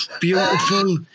Beautiful